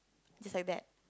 just like that